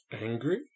Angry